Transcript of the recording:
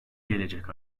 gelecek